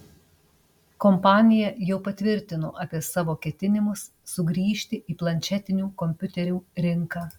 kompanija jau patvirtino apie savo ketinimus sugrįžti į planšetinių kompiuterių rinką